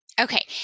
Okay